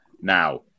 Now